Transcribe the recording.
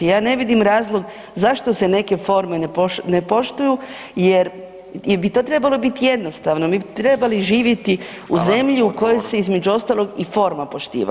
Ja ne vidim razlog zašto se neke forme ne poštuju jel bi to trebalo biti jednostavno, mi bi trebali živjeti u zemlji u kojoj se između ostalog i forma poštiva.